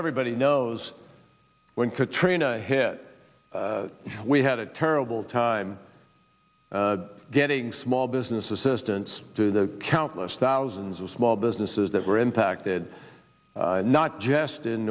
everybody knows when katrina hit we had a terrible time getting small business assistance to the countless thousands of small businesses that were impacted not just in